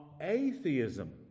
atheism